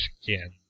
skin